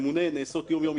נעשות כל יום עסקאות.